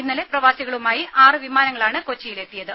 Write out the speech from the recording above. ഇന്നലെ പ്രവാസികളുമായി ആറു വിമാനങ്ങളാണ് കൊച്ചിയിൽ എത്തിയത്